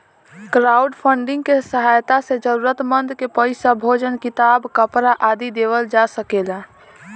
crowdfunding के सहायता से जरूरतमंद के पईसा, भोजन किताब, कपरा आदि देवल जा सकेला